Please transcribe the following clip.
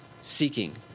seeking